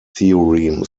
theorem